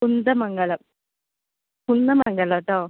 കുന്ദമംഗലം കുന്നമംഗലം കേട്ടോ